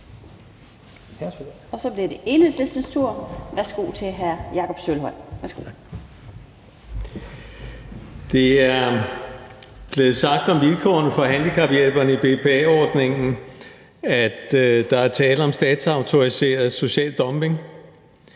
Det er blevet sagt om vilkårene for handicaphjælperne i BPA-ordningen, at der er tale om statsautoriseret social dumping.